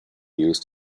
used